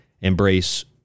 embrace